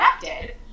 connected